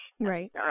right